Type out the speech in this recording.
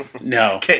No